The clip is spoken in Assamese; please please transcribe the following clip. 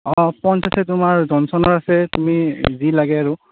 অঁ প'ণ্ডচ আছে তোমাৰ জনচনৰ আছে তুমি যি লাগে আৰু